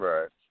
Right